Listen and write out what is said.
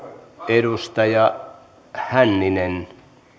edustaja hänninen